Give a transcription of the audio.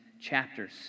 chapters